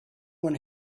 one